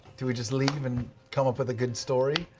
do we just leave and come up with a good story?